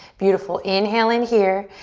beautiful, inhale in here.